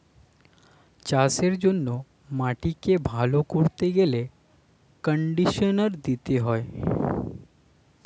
চাষের জন্য মাটিকে ভালো করতে গেলে কন্ডিশনার দিতে হয়